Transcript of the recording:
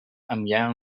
amiens